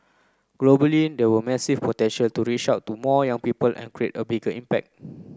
globally there were massive potential to reach out to more young people and create a bigger impact